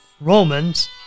Romans